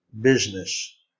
business